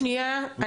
שניה,